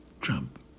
Trump